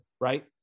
right